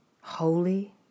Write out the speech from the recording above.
holy